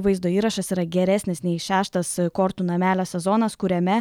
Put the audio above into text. vaizdo įrašas yra geresnis nei šeštas kortų namelio sezonas kuriame